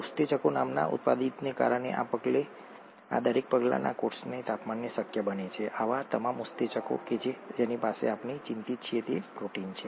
ઉત્સેચકો નામના ઉદ્દીપકને કારણે આ દરેક પગલાં કોષના તાપમાને શક્ય બને છે અને આવા તમામ ઉત્સેચકો કે જેની સાથે આપણે ચિંતિત છીએ તે પ્રોટીન છે